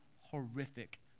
horrific